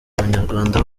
abanyarwanda